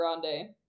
Grande